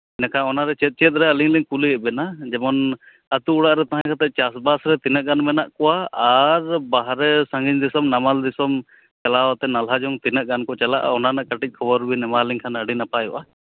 ᱮᱸᱰᱮᱠᱷᱟᱱ ᱚᱱᱟᱨᱮ ᱪᱮᱫ ᱪᱮᱫ ᱨᱮ ᱟᱹᱞᱤᱧ ᱞᱤᱧ ᱠᱩᱞᱤᱭᱮᱫ ᱵᱤᱱᱟ ᱡᱮᱢᱚᱱ ᱟᱛᱳ ᱚᱲᱟᱜ ᱨᱮ ᱛᱟᱦᱮᱸ ᱠᱟᱛᱮ ᱪᱟᱥᱵᱟᱥ ᱨᱮ ᱛᱤᱱᱟᱹᱜ ᱢᱮᱱᱟᱜ ᱠᱚᱣᱟ ᱟᱨ ᱵᱟᱦᱨᱮ ᱥᱟᱺᱜᱤᱧ ᱫᱤᱥᱚᱢ ᱱᱟᱢᱟᱞ ᱫᱤᱥᱚᱢ ᱪᱟᱞᱟᱣ ᱠᱟᱛᱮ ᱱᱟᱞᱦᱟ ᱡᱚᱝ ᱛᱤᱱᱟᱹᱜ ᱜᱟᱱ ᱠᱚ ᱪᱟᱞᱟᱜᱼᱟ ᱚᱱᱟ ᱨᱮᱱᱟᱜ ᱠᱟᱹᱴᱤᱡ ᱠᱷᱚᱵᱚᱨ ᱵᱤᱱ ᱮᱢᱟᱣᱞᱤᱧ ᱠᱷᱟᱱ ᱟᱹᱰᱤ ᱱᱟᱯᱟᱭᱚᱜᱼᱟ